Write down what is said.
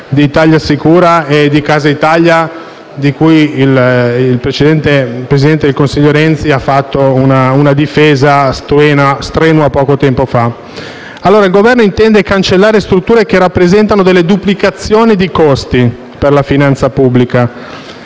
di ItaliaSicura e di Casa Italia, di cui il presidente Renzi ha fatto una strenua difesa fino a poco tempo fa. Il Governo intende cancellare strutture che rappresentano delle duplicazioni di costi per la finanza pubblica